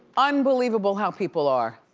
unbelievable how people are.